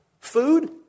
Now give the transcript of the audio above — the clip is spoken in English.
Food